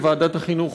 בוועדת החינוך,